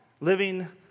living